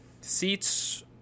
seats